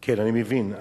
כן, אני מבין.